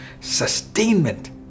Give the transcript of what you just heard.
Sustainment